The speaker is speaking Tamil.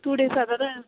டூ டேஸ்ஸா அதாவது